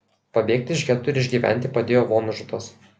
pabėgti iš geto ir išgyventi padėjo vonžutas